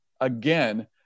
again